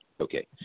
Okay